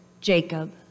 Jacob